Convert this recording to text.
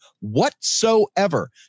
whatsoever